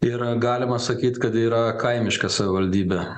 yra galima sakyt kad yra kaimiška savivaldybė